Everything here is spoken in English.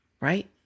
Right